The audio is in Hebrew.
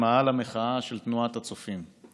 במאהל המחאה של תנועת הצופים.